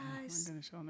guys